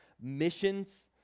missions